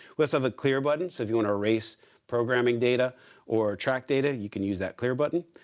we also have a clear button. so if you want to erase programming data or track data, you can use that clear button.